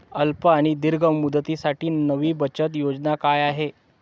अल्प आणि दीर्घ मुदतीसाठी नवी बचत योजना काय आहे?